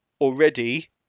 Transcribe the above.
already